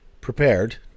prepared